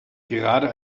gerade